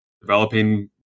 developing